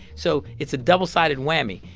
so it's a double-sided whammy.